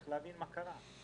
צריך להבין מה קרה.